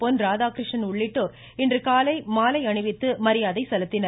பொன் ராதாகிருஷ்ணன் உள்ளிட்டோர் இன்றுகாலை மாலை அணிவித்து மரியாதை செலுத்தினர்